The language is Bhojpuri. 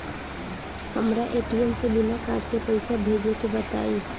हमरा ए.टी.एम से बिना कार्ड के पईसा भेजे के बताई?